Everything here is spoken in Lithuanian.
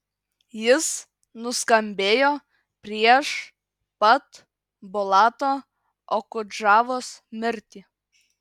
jis nuskambėjo prieš pat bulato okudžavos mirtį